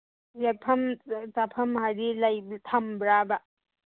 ꯂꯦꯛꯐꯝ ꯆꯥꯐꯝ ꯍꯥꯏꯗꯤ ꯊꯝꯕ꯭ꯔꯥꯕ